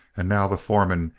and now the foreman,